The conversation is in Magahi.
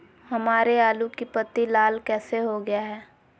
हमारे आलू की पत्ती लाल कैसे हो गया है?